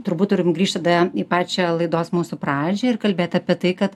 turbūt turim grįšt tada į pačią laidos mūsų pradžią ir kalbėt apie tai kad